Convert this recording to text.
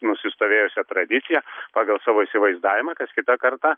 nusistovėjusią tradiciją pagal savo įsivaizdavimą kas kitą kartą